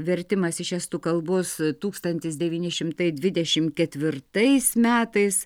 vertimas iš estų kalbos tūkstantis devyni šimtai dvidešim ketvirtais metais